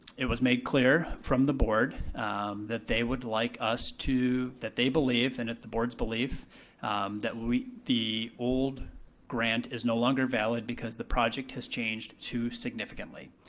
it was made clear from the board that they would like us to, that they believe and it's the board's belief that the old grant is no longer valid because the project has changed too significantly.